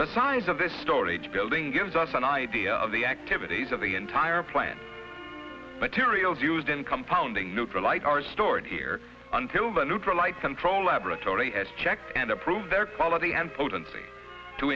the size of this storage building gives us an idea of the activities of the entire plant materials used in compounding neutral light are stored here until the neutral light control laboratory has checked and approved their quality and potency to